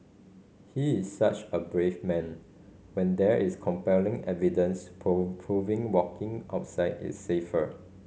he is such a brave man when there is compelling evidence prove proving walking outside is safer